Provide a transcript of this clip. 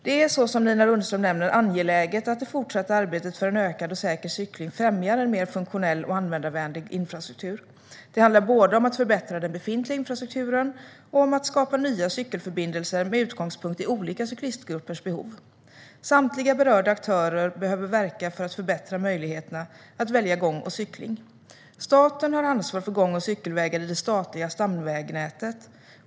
Det är, såsom Nina Lundström nämner, angeläget att det fortsatta arbetet för en ökad och säker cykling främjar en mer funktionell och användarvänlig infrastruktur. Det handlar både om att förbättra den befintliga infrastrukturen och om att skapa nya cykelförbindelser med utgångspunkt i olika cyklistgruppers behov. Samtliga berörda aktörer behöver verka för att förbättra möjligheterna att välja gång och cykling. Staten har ansvar för gång och cykelvägar i det statliga stamvägnätet.